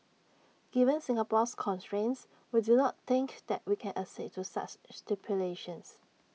given Singapore's constraints we do not think that we can accede to such stipulations